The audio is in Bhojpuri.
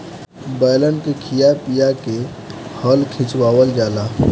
बैलन के खिया पिया के हल खिचवावल जाला